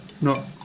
No